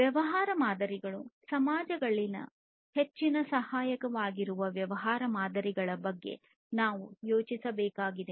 ವ್ಯವಹಾರ ಮಾದರಿಗಳು ಸಮಾಜಗಳಲ್ಲಿ ಹೆಚ್ಚಿನ ಸಹಾಯಕವಾಗಿರುವ ವ್ಯವಹಾರ ಮಾದರಿಗಳ ಬಗ್ಗೆ ನಾವು ಯೋಚಿಸಬೇಕಾಗಿದೆ